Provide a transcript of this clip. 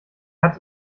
hat